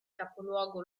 capoluogo